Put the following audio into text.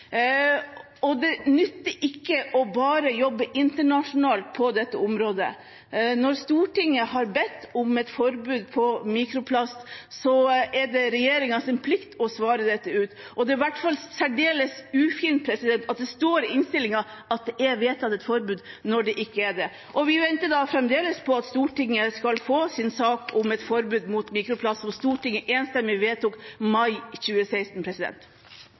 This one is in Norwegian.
Og det nytter ikke bare å jobbe internasjonalt på dette området. Når Stortinget har bedt om et forbud mot mikroplast, er det regjeringens plikt å svare på dette. Og det er i hvert fall særdeles ufint at det står i innstillingen at det er vedtatt et forbud, når det ikke er det. Vi venter fremdeles på at Stortinget skal få sin sak om et forbud mot mikroplast, som Stortinget vedtok enstemmig i mai 2016.